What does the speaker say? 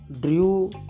drew